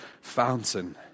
fountain